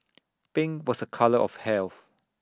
pink was A colour of health